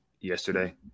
yesterday